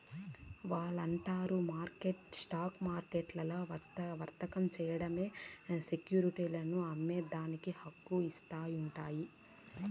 ఈ వారంట్లు స్టాక్ మార్కెట్లల్ల వర్తకం చేయబడే సెక్యురిటీలను అమ్మేదానికి హక్కు ఇస్తాండాయి